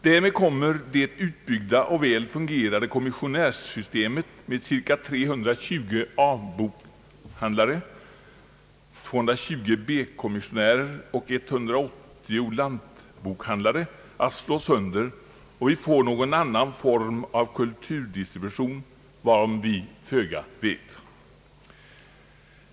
Därmed kommer det utbyggda och väl fungerande kommissionärssystemet med cirka 320 A-bokhandlare, 220 B-kommissionärer och 180 lantbokhandlare att slås sönder, och vi får någon annan form av kulturdistribution, varom vi föga vet.